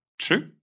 true